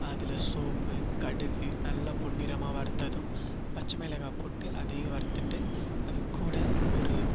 அதில் சோம்பு கடுகு நல்லா பொன்னிறமாக வருத்ததும் பச்சமிளகாய் போட்டு அதையும் வருத்துவிட்டு அதுகூட ஒரு